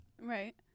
Right